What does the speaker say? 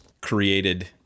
created